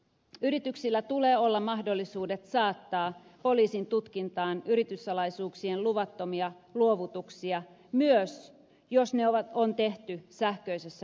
yrityksillä tulee olla mahdollisuudet saattaa poliisin tutkintaan yrityssalaisuuksien luvattomia luovutuksia myös jos ne on tehty sähköisessä muodossa